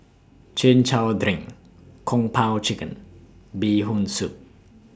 Chin Chow Drink Kung Po Chicken Bee Hoon Soup